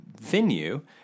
venue